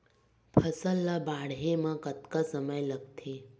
फसल ला बाढ़े मा कतना समय लगथे?